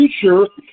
future